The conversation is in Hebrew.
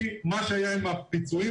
מה שהיה עם הפיצויים,